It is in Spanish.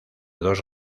dos